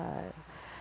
uh